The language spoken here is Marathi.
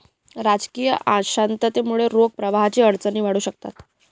राजकीय अशांततेमुळे रोख प्रवाहाच्या अडचणी वाढू शकतात